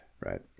right